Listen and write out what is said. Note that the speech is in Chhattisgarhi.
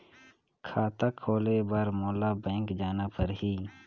खाता खोले बर मोला बैंक जाना परही?